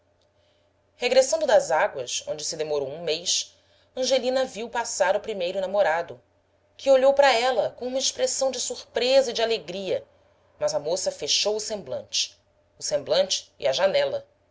regressando das águas onde se demorou um mês angelina viu passar o primeiro namorado que olhou para ela com uma expressão de surpresa e de alegria mas a moça fechou o semblante o semblante e a janela